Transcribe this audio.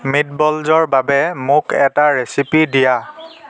মিটবলজৰ বাবে মোক এটা ৰেচিপি দিয়া